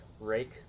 rake